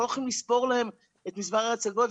אנחנו לא יכולים לספור להם את מספר ההצגות.